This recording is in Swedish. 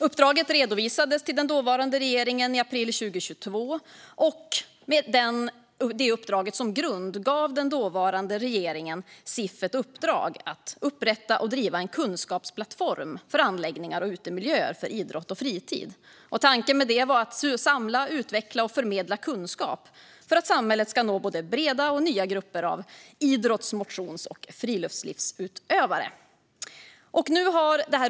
Uppdraget redovisades till den dåvarande regeringen i april 2022, och med detta uppdrag som grund gav den dåvarande regeringen Cif i uppdrag att upprätta och driva en kunskapsplattform för anläggningar och utemiljöer för idrott och fritid. Tanken var att samla, utveckla och förmedla kunskap för att samhället ska nå både breda och nya grupper av idrotts, motions och friluftslivsutövare.